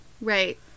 right